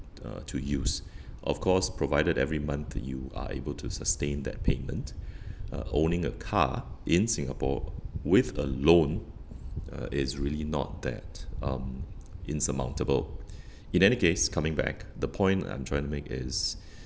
uh to use of course provided every month you are able to sustain that payment uh owning a car in Singapore with a loan uh is really not that um insurmountable in any case coming back the point I'm trying to make is